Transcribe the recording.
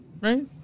right